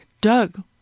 Doug